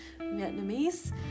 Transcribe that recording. vietnamese